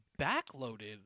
backloaded